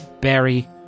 Barry